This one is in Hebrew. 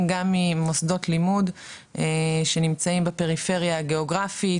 גם ממוסדות לימוד שנמצאים בפריפריה הגיאוגרפית,